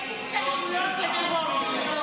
אין הסתייגויות לטרומית.